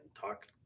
talk